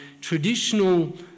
traditional